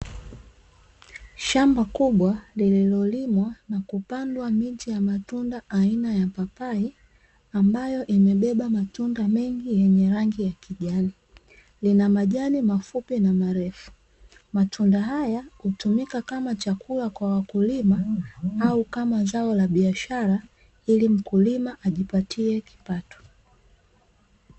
Shamba kubwa liliolimwa na kupandwa miche ya matunda aina ya mipapai ambayo imebeba matunda mengi yenye rangi ya kijani. Lina majani mafupi na marefu, matunda haya hutumika kama chakula kwa wakulima au kama zao la biashara ili mkulima ajipatie kipato.